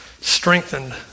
Strengthened